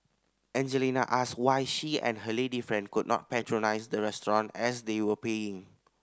Angelina asked why she and her lady friend could not patronise the restaurant as they were paying